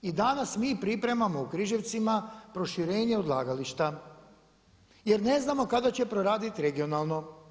I danas mi pripremamo u Križevcima proširenje odlagališta, jer ne znamo kada će proraditi regionalno.